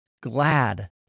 glad